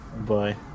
Bye